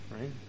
right